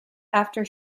after